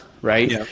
right